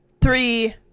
three